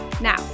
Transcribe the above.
Now